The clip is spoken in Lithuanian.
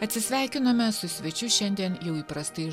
atsisveikinome su svečiu šiandien jau įprastais